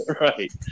Right